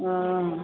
हॅं